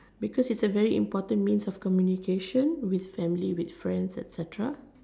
because it's a very important means of communication with family with friends etcetera